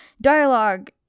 dialogue